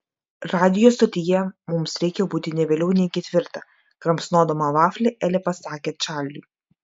radijo stotyje mums reikia būti ne vėliau nei ketvirtą kramsnodama vaflį elė pasakė čarliui